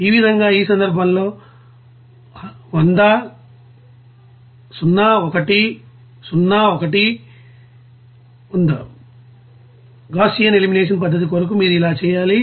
ఈ విధంగా ఈ సందర్భంలో 1 0 0 0 1 0 1 00 గాస్సియన్ ఎలిమినేషన్ పద్ధతి కొరకు మీరు ఇలా చేయాలి